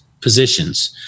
positions